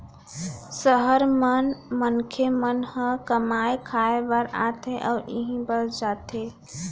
सहर म मनखे मन ह कमाए खाए बर आथे अउ इहें बस जाथे